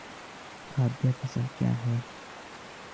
खाद्य फसल क्या है?